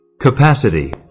capacity